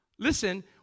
Listen